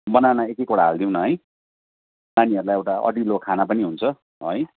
banana एक एकवटा हालिदिउँ न है नानीहरूलाई एउटा अडिलो खाना पनि हुन्छ है